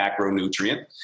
macronutrient